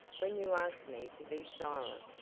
when you asked me to be silent.